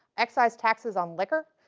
excise taxes on liquor,